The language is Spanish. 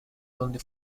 donde